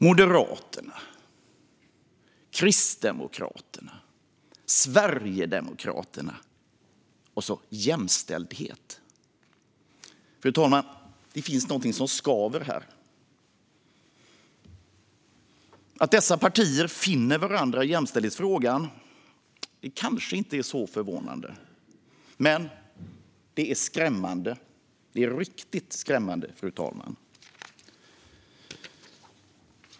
Moderaterna, Kristdemokraterna, Sverigedemokraterna och så jämställdhet. Det finns någonting som skaver här. Att dessa partier finner varandra i jämställdhetsfrågan kanske inte är så förvånande. Men det är riktigt skrämmande, fru talman.